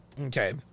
Okay